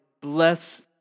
bless